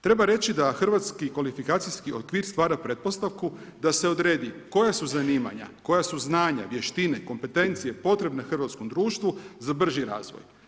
Treba reći da hrvatski kvalifikacijski okvir stvara pretpostavku da se odredi koja su zanimanja, znanja, vještine, kompetencije potrebne hrvatskom društvu za brži razvoj.